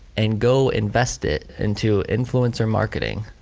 and go invest it into influencer marketing